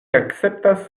akceptas